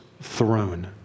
throne